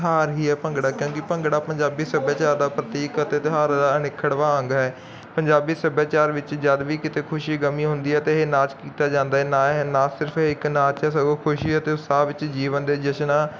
ਤਿਹਾਰ ਹੀ ਐ ਭੰਗੜਾ ਕਿਉਂਕੀ ਭੰਗੜਾ ਪੰਜਾਬੀ ਸਭਿਆਚਾਰ ਦਾ ਪ੍ਰਤੀਕ ਅਤੇ ਦਿਹਾਰ ਦਾ ਨਿਖੜ ਵਾਂਗ ਹੈ ਪੰਜਾਬੀ ਸੱਭਿਆਚਾਰ ਵਿੱਚ ਜਦ ਵੀ ਕਿਤੇ ਖੁਸ਼ੀ ਗਮੀ ਹੁੰਦੀ ਹੈ ਤੇ ਇਹ ਨਾਚ ਕੀਤਾ ਜਾਂਦਾ ਨਾ ਹੈ ਨਾ ਸਿਰਫ ਇੱਕ ਨਾਚ ਸਗੋਂ ਖੁਸ਼ੀ ਅਤੇ ਸਾਹ ਵਿੱਚ ਜੀਵਨ ਦੇ ਜਸ਼ਨ